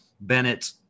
Bennett